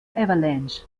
avalanche